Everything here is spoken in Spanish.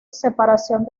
separación